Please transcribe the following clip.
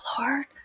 Lord